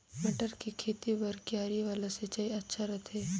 मटर के खेती बर क्यारी वाला सिंचाई अच्छा रथे?